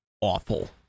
awful